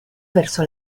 verso